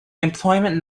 employment